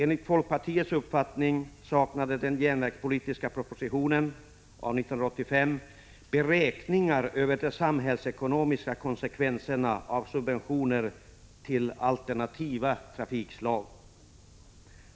nen från 1985 beräkningar över de samhällsekonomiska konsekvenserna av subventioner till alternativa trafikslag.